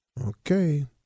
Okay